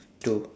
two